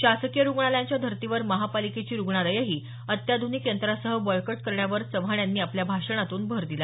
शासकीय रुग्णालयांच्या धर्तीवर महापालिकेची रुग्णालयंही अत्याध्निक यंत्रासह बळकट करण्यावर चव्हाण यांनी आपल्या भाषणातून भर दिला